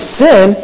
sin